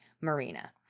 marina